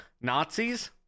Nazis